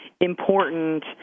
important